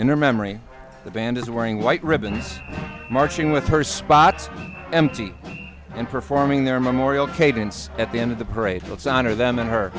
in her memory the band is wearing white ribbons marching with her spot empty and performing their memorial cadence at the end of the parade let's honor them and her